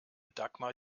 dagmar